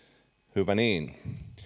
hyvä niin